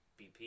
BP